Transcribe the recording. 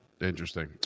Interesting